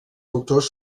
autors